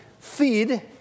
feed